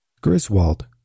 Griswold